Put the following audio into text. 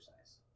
exercise